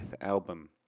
album